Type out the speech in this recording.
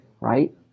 right